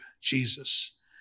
Jesus